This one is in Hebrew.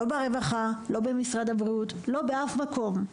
לא משרד הרווחה, לא במשרד הבריאות, לא באף מקום.